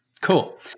Cool